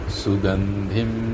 sugandhim